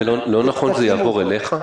ולא נכון שזה יעבור אליך,